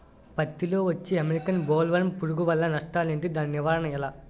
పత్తి లో వచ్చే అమెరికన్ బోల్వర్మ్ పురుగు వల్ల నష్టాలు ఏంటి? దాని నివారణ ఎలా?